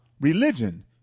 religion